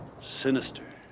sinister